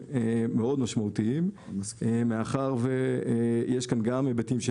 מאוד משמעותיים מאחר ויש כאן גם היבטים של